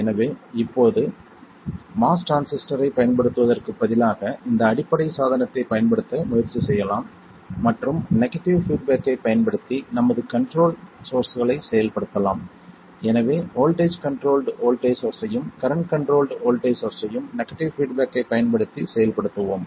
எனவே இப்போது MOS டிரான்சிஸ்டரைப் பயன்படுத்துவதற்குப் பதிலாக இந்த அடிப்படை சாதனத்தைப் பயன்படுத்த முயற்சி செய்யலாம் மற்றும் நெகடிவ் பீட்பேக்கைப் பயன்படுத்தி நமது கண்ட்ரோல் சோர்ஸ்களைச் செயல்படுத்தலாம் எனவே வோல்ட்டேஜ் கண்ட்ரோல்ட் வோல்ட்டேஜ் சோர்ஸ்ஸையும் கரண்ட் கண்ட்ரோல்ட் வோல்ட்டேஜ் சோர்ஸ்ஸையும் நெகடிவ் பீட்பேக்கைப் பயன்படுத்தி செயல்படுத்துவோம்